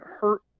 hurt